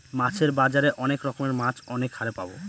মাছের বাজারে অনেক রকমের মাছ অনেক হারে পাবো